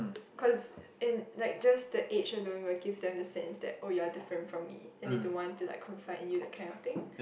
cause in like just the age alone will give them the sense that oh you're different from me then they don't want to like confront you that kind of thing